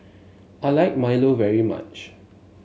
I like Milo very much